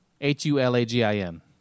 H-U-L-A-G-I-N